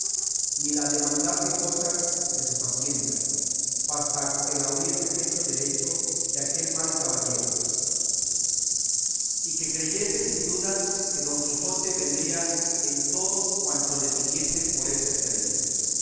ni la demandase cosa de su facienda fasta que la hubiese fecho derecho de aquel mal caballero y que creyese sin duda que don quijote vendría en todo cuanto le pidiese por este término